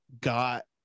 got